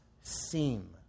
seem